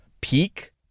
peak